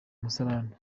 musarane